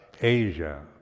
Asia